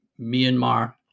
Myanmar